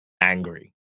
angry